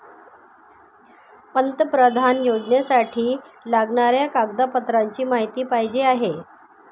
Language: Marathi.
पंतप्रधान योजनेसाठी लागणाऱ्या कागदपत्रांची माहिती पाहिजे आहे